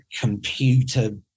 computer